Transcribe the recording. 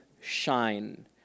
Shine